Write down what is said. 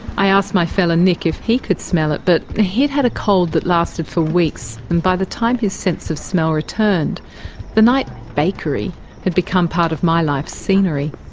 i asked my fella nick if he could smell it but he'd had a cold that lasted for weeks, and by the time his sense of smell returned the night bakery had become part of my life scenery.